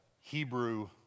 Hebrew